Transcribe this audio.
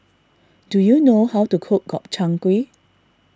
do you know how to cook Gobchang Gui